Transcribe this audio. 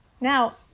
Now